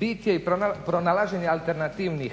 Bit je i pronalaženje alternativnih